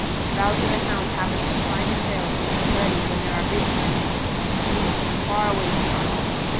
if bowser the hound happens to find the trail of mrs. reddy when there are babies at home, she leads him far away from our home.